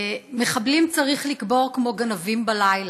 מחבלים צריך לקבור כמו גנבים בלילה.